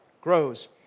grows